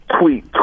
Tweet